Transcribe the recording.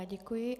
Děkuji.